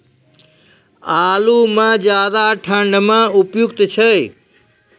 आलू म ज्यादा ठंड म उपयुक्त छै?